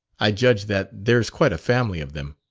i judge that there's quite a family of them.